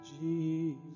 Jesus